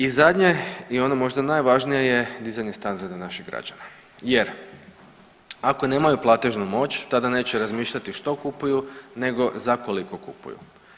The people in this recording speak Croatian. I zadnje i ono možda najvažnije je dizanje standarda naših građana jer ako nemaju platežnu moć tada neće razmišljati što kupuju nego za koliko kupuju.